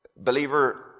Believer